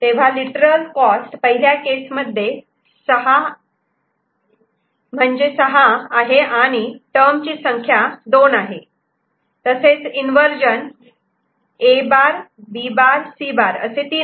तेव्हा literal cost पहिल्या case मध्ये हे 123456 म्हणजे 6 आहे आणि टर्म ची संख्या दोन आहे तसेच इन्वर्जन A' B' C' असे 3 आहे